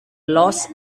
los